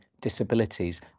disabilities